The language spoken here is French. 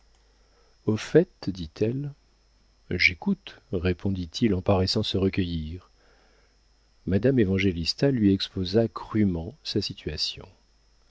au fait dit-elle j'écoute répondit-il en paraissant se recueillir madame évangélista lui exposa crûment sa situation